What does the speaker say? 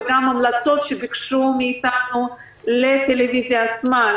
וגם המלצות שביקשו מאיתנו לטלוויזיה לעצמה,